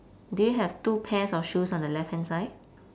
do you have two pairs of shoes on the left hand side